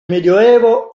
medioevo